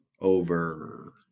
Over